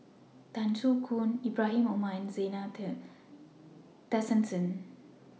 Tan Soo Khoon Ibrahim Omar and Zena Tessensohn